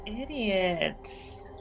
Idiots